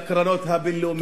בקרנות הבין-לאומיות?